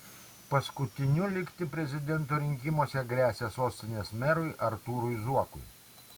paskutiniu likti prezidento rinkimuose gresia sostinės merui artūrui zuokui